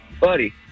buddy